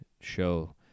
show